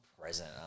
present